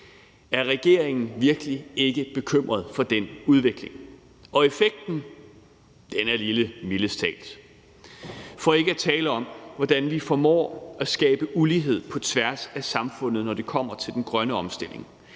Er regeringen virkelig ikke bekymret over den udvikling? Og effekten er lille, mildest talt, for ikke at tale om, hvordan vi formår at skabe ulighed på tværs af samfundet, når det kommer til den grønne omstilling.